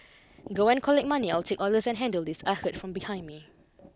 go and collect money I'll take orders and handle this I heard from behind me